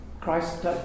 Christ